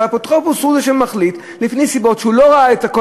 אבל האפוטרופוס הוא זה שמחליט לפי נסיבות,